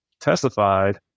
testified